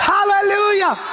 Hallelujah